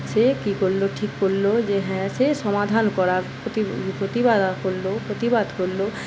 সে কি করলো ঠিক করলো যে হ্যাঁ সে সমাধান করার প্রতিবাদও করলো প্রতিবাদ করলো